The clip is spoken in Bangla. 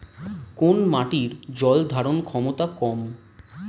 কোন মাটির জল ধারণ ক্ষমতা কম?